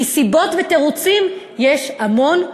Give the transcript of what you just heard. כי סיבות ותירוצים יש המון,